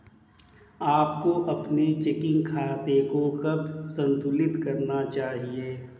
आपको अपने चेकिंग खाते को कब संतुलित करना चाहिए?